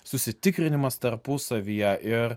susitikrinimas tarpusavyje ir